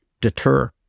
deter